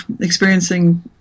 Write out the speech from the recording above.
experiencing